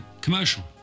commercial